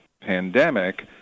pandemic